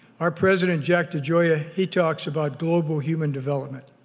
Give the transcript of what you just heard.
our president jack degioia, he talks about global human development.